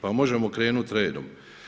Pa možemo krenut redom.